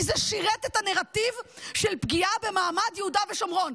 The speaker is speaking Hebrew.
כי זה שירת את הנרטיב של פגיעה במעמד יהודה ושומרון.